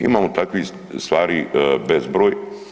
Imamo takvih stvari bezbroj.